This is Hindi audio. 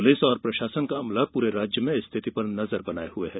पुलिस और प्रशासन का अमला पूरे राज्य में स्थिति पर नजर बनाए हुऐ है